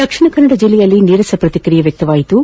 ದಕ್ಷಿಣ ಕನ್ನಡ ಜಿಲ್ಲೆಯಲ್ಲಿ ನೀರಸ ಪ್ರತಿಕ್ರಿಯೆ ವ್ಯಕ್ತವಾಯಿತು